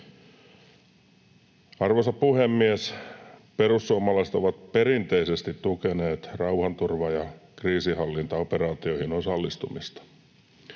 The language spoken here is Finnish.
Arvoisa puhemies! Perussuomalaiset ovat perinteisesti tukeneet rauhanturva- ja kriisinhallintaoperaatioihin osallistumista.